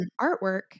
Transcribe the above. artwork